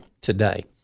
today